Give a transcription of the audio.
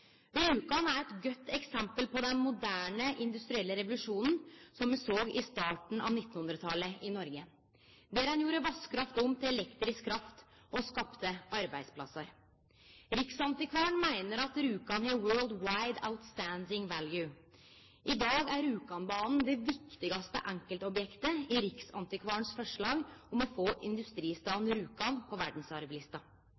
Rjukan er eit godt eksempel på den moderne industrielle revolusjonen, som me såg på starten av 1900-talet i Noreg, der ein gjorde vasskraft om til elektrisk kraft og skapte arbeidsplassar. Riksantikvaren meiner at Rjukan har «world wide outstanding value». I dag er Rjukanbanen det viktigaste enkeltobjektet i Riksantikvarens forslag om å få